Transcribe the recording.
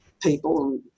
people